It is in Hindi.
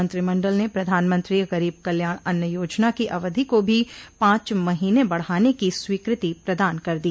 मंत्रिमंडल ने प्रधानमंत्री गरीब कल्याण अन्न योजना की अवधि को भी पांच महीने बढ़ाने की स्वीकृति प्रदान कर दी